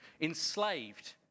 enslaved